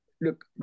look